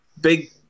big